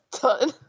done